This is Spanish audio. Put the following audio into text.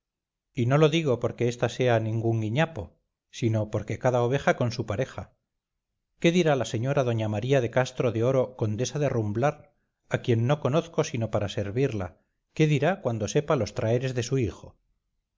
y no lo digo porque esta sea ningún guiñapo sino porque cada oveja con su pareja qué dirá la señora doña maría castro de oro condesa de rumblar a quien no conozco sino para servirla qué dirá cuando sepa los traeres de su hijo